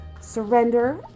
Surrender